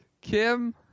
Kim